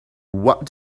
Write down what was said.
what